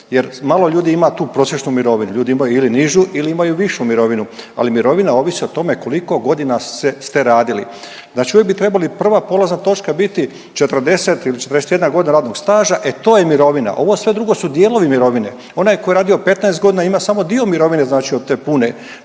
jer malo ljudi ima tu prosječnu mirovinu, ljudi imaju ili nižu ili imaju višu mirovinu, ali mirovina ovisi o tome koliko godina ste radili. Znači uvijek bi trebala prva polazna točka biti 40 ili 41.g. radnog staža, e to je mirovina, ovo sve drugo su dijelovi mirovine. Onaj ko je radio 15.g. ima samo dio mirovine znači od te pune,